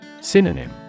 Synonym